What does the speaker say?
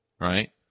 right